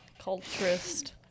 culturist